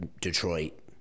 Detroit